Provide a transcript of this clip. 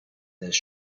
this